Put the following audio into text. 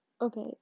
Okay